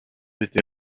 été